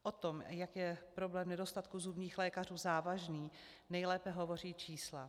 O tom, jak je problém nedostatku zubních lékařů závažný, nejlépe hovoří čísla.